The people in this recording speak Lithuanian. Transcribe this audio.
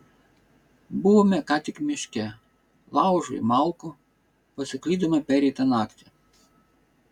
buvome ką tik miške laužui malkų pasiklydome pereitą naktį